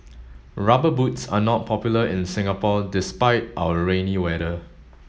rubber boots are not popular in Singapore despite our rainy weather